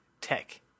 tech